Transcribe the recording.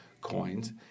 coins